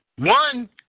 One